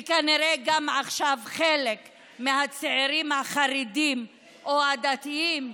וכנראה עכשיו גם חלק מהצעירים החרדים או הדתיים,